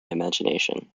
imagination